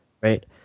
right